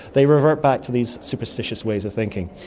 they revert back to these superstitious ways of thinking.